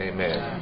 Amen